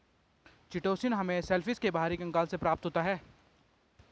chitosan हमें shellfish के बाहरी कंकाल से प्राप्त होता है